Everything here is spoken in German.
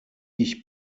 ich